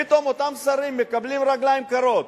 פתאום אותם שרים מקבלים רגליים קרות.